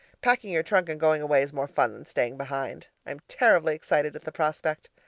packing your trunk and going away is more fun than staying behind. i am terribly excited at the prospect.